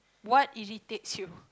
what irritates you